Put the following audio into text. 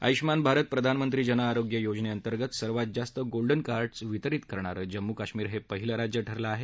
आयुष्मान भारत प्रधानमंत्री जनआरोग्य योजनेतर्गत सर्वात जास्त गोल्डन कार्डस वितरित करणार जम्मू कश्मीर हे पहिलं राज्य ठरलं आहे